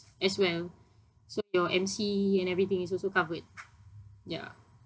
as well so your M_C and everything is also covered ya